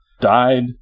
died